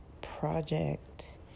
project